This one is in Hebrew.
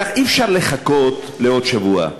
כך אי-אפשר לחכות לעוד שבוע.